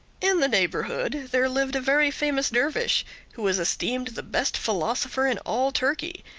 in the neighbourhood there lived a very famous dervish who was esteemed the best philosopher in all turkey,